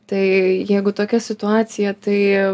tai jeigu tokia situacija tai